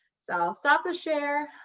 so i'll stop the share